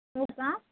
हो का